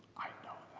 i know